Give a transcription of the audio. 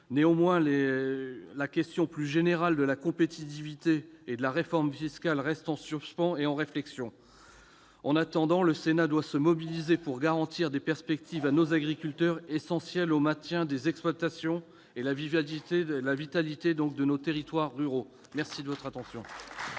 Néanmoins, les questions plus générales de la compétitivité et de la réforme fiscale restent en suspens et en réflexion. En attendant, le Sénat doit se mobiliser pour garantir des perspectives à nos agriculteurs, qui sont essentiels au maintien des exploitations et à la vitalité de nos territoires ruraux. La parole est